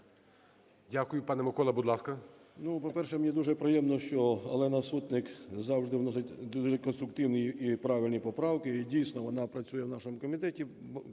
Дякую. Пане Микола, будь ласка.